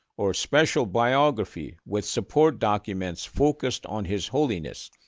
or special biography with support documents focused on his holiness,